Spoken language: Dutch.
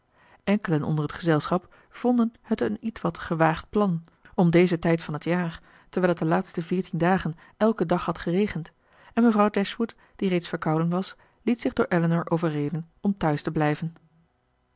enkelen onder het gezelschap vonden het een ietwat gewaagd plan om dezen tijd van het jaar terwijl het de laatste veertien dagen elken dag had geregend en mevrouw dashwood die reeds verkouden was liet zich door elinor overreden om thuis te blijven